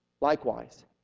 Likewise